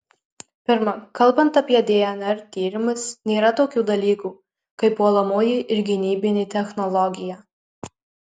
pirma kalbant apie dnr tyrimus nėra tokių dalykų kaip puolamoji ir gynybinė technologija